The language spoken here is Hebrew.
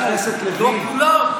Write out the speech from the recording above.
חבר הכנסת לוין,